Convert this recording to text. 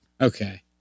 okay